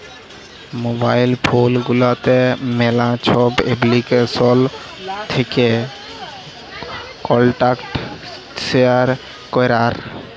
mobile phone গুলাতে ম্যালা ছব এপ্লিকেশল থ্যাকে কল্টাক্ট শেয়ার ক্যরার